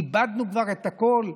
איבדנו כבר את הכול?